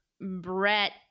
Brett